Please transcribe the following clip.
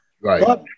Right